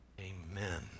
Amen